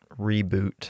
reboot